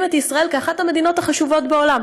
את ישראל כאחת המדינות החשובות בעולם.